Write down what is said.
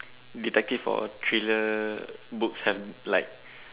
detective or thriller books have like